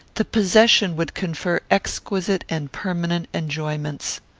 the possession would confer exquisite and permanent enjoyments.